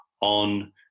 on